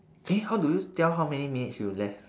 eh how do you tell how many minutes you left